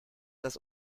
dass